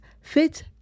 fit